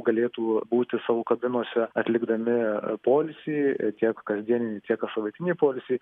galėtų būti savo kabinose atlikdami poilsį tiek kasdieninį tiek kassavaitinį poilsį